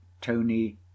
Tony